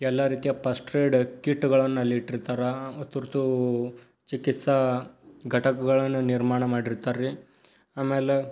ಎಲ್ಲ ರೀತಿಯ ಫಸ್ಟ್ರೇಡ್ ಕಿಟ್ಗಳನ್ನು ಅಲ್ಲಿ ಇಟ್ಟಿರ್ತಾರೆ ತುರ್ತು ಚಿಕಿತ್ಸಾ ಘಟಕಗಳನ್ನು ನಿರ್ಮಾಣ ಮಾಡಿರ್ತಾರೆ ರೀ ಆಮೇಲೆ